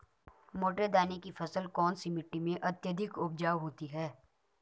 मोटे दाने की फसल कौन सी मिट्टी में अत्यधिक उपजाऊ होती है?